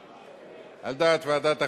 על דעת ועדת החוקה,